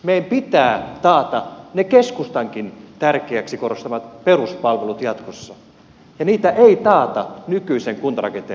meidän pitää taata ne keskustankin tärkeäksi korostamat peruspalvelut jatkossa ja niitä ei taata nykyisen kuntarakenteen maailmassa